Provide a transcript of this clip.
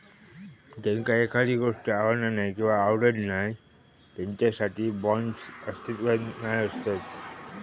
ज्यांका एखादी गोष्ट आवडना नाय किंवा आवडत नाय त्यांच्यासाठी बाँड्स अस्तित्वात नाय असत